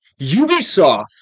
Ubisoft